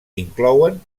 inclouen